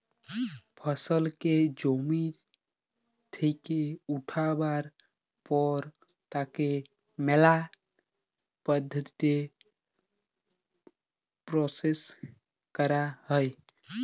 ফসলকে জমি থেক্যে উঠাবার পর তাকে ম্যালা পদ্ধতিতে প্রসেস ক্যরা হ্যয়